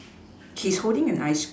he's holding an ice